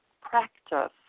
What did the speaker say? practice